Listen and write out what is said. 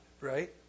right